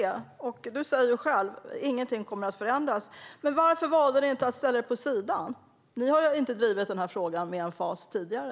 Du, Emma Henriksson, säger själv att ingenting kommer att förändras. Men varför valde ni inte att ställa er vid sidan? Ni har ju inte drivit den här frågan med emfas tidigare.